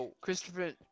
Christopher